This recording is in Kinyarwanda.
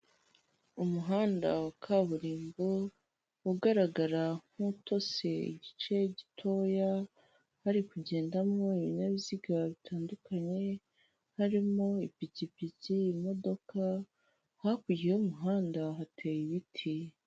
Umuhanda wa kaburimbo ugaragara nk'utose igice gitoya, hari kugendamo ibinyabiziga bitandukanye, harimo ipikipiki, imodoka, hakurya y'umuhanda hateye ibiti.